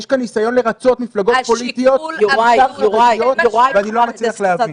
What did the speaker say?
יש כאן ניסיון לרצות מפלגות פוליטיות ואני לא מצליח להבין.